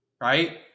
right